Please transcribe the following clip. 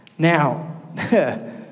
Now